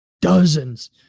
dozens